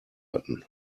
hatten